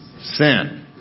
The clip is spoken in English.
sin